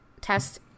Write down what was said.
test